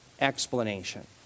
explanation